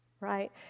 right